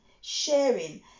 sharing